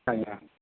اچھا